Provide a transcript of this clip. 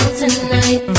tonight